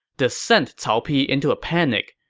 this sent cao pi into a panic.